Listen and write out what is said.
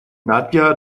nadja